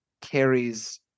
carries